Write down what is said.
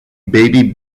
baby